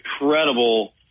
incredible